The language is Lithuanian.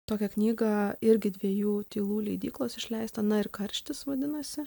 tokią knygą irgi dviejų tylų leidyklos išleistą na ir karštis vadinasi